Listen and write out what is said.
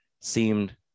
seemed